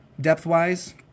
Depth-wise